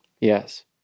Yes